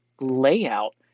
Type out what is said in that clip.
layout